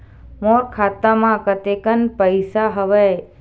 मोर खाता म कतेकन पईसा हवय?